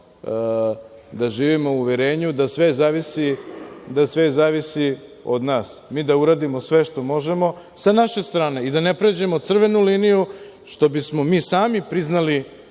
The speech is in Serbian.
da živimo u uverenju da sve zavisi od nas. Mi da uradimo sve što možemo sa naše strane i da ne pređemo crvenu liniju, što bismo mi sami priznali,